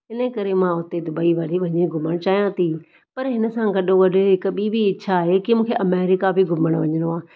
इने करे मां हुते दुबई वरी वञी घुमणु चाहियां थी पर हिन सां गॾोगॾु हिक ॿी बि इच्छा आहे की मूंखे अमेरिका बि घुमण वञणो आहे